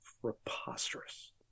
preposterous